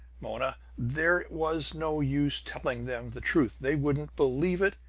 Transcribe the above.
mona! there was no use telling them the truth they wouldn't believe it!